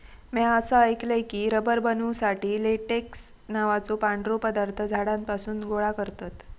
म्या असा ऐकलय की, रबर बनवुसाठी लेटेक्स नावाचो पांढरो पदार्थ झाडांपासून गोळा करतत